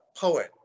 poet